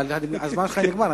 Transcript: אבל הזמן שלך נגמר.